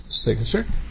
signature